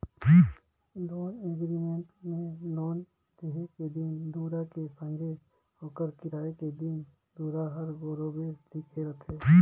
loan agreement में loan देहे के दिन दुरा के संघे ओकर फिराए के दिन दुरा हर बरोबेर लिखाए रहथे